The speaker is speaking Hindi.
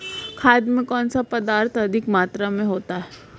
खाद में कौन सा पदार्थ अधिक मात्रा में होता है?